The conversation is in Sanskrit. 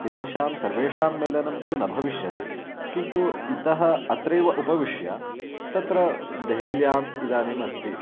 तेषां सर्वेषां मेलनं तु न भविष्यति किन्तु इतः अत्रैव उपविश्य तत्र देहल्याम् इदानीम् अस्ति